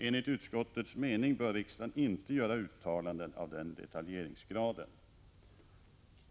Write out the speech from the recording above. Enligt utskottets mening bör riksdagen inte göra uttalanden av den detaljeringsgraden.